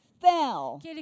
fell